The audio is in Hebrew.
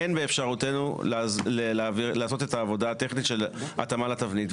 אין באפשרותנו לעשות את העבודה הטכנית של התאמה לתבנית,